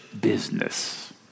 business